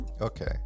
okay